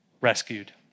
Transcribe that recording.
rescued